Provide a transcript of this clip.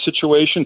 situation